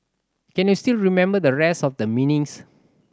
can you still remember the rest of the meanings